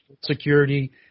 security